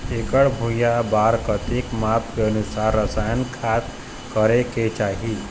एकड़ भुइयां बार कतेक माप के अनुसार रसायन खाद करें के चाही?